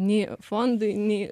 nei fondui nei